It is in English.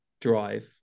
drive